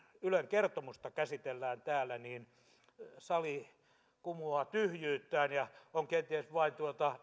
ylen kertomusta käsitellään täällä että sali usein kumuaa tyhjyyttään ja on kenties vain